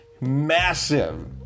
massive